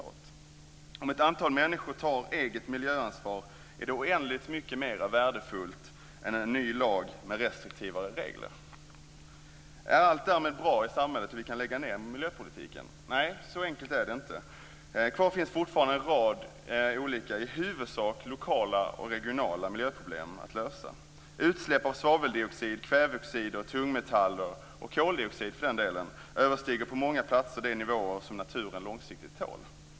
Att ett antal människor tar ett eget miljöansvar är oändligt mycket mer värdefullt än en ny lag med restriktivare regler. Är allt därmed bra i samhället så att vi kan lägga ned miljöpolitiken? Nej, så enkelt är det inte. Det finns fortfarande en rad olika, i huvudsak lokala och regionala, miljöproblem kvar att lösa. Utsläpp av svaveldioxid, kväveoxider, tungmetaller och koldioxid överstiger på många platser de nivåer som naturen långsiktigt tål.